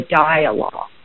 dialogue